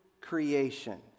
creation